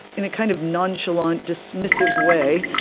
in a kind of nonchalant, dismissive way,